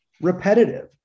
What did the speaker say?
repetitive